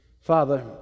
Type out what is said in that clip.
Father